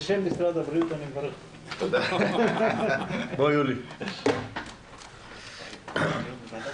הישיבה ננעלה בשעה 09:41.